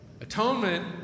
Atonement